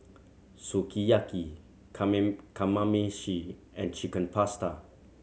Sukiyaki Kamameshi and Chicken Pasta